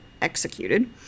executed